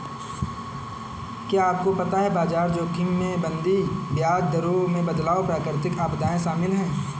क्या आपको पता है बाजार जोखिम में मंदी, ब्याज दरों में बदलाव, प्राकृतिक आपदाएं शामिल हैं?